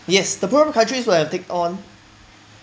yes the poorer countries will have to take on